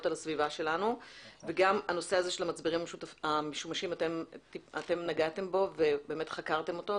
על הסביבה שלנו ונגעתם גם בנושא הזה של המצברים המשומשים וחקרתם אותו.